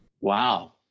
Wow